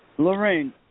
Lorraine